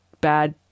bad